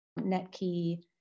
NetKey